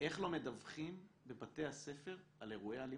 איך לא מדווחים בבתי הספר על אירועי אלימות.